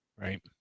Right